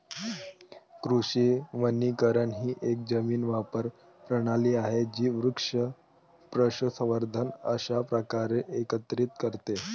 कृषी वनीकरण ही एक जमीन वापर प्रणाली आहे जी वृक्ष, पशुसंवर्धन अशा प्रकारे एकत्रित करते